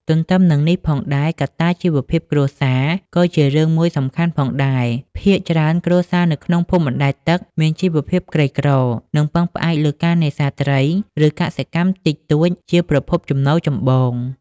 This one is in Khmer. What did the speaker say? ទន្ទឹមនឹងនេះផងដែរ កត្តាជីវភាពគ្រួសារក៏ជារឿងមួយសំខាន់ផងដែរ ភាគច្រើនគ្រួសារនៅក្នុងភូមិបណ្តែតទឹក មានជីវភាពក្រីក្រ និងពឹងផ្អែកលើការនេសាទត្រី ឬកសិកម្មតិចតួចជាប្រភពចំណូលចម្បង។